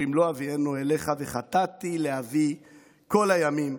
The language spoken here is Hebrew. אם לא אביאנו אליך וחטאתי לאבי כל הימים.